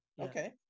Okay